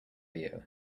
you